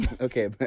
okay